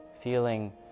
feeling